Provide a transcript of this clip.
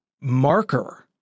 marker